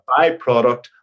byproduct